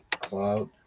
cloud